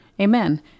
Amen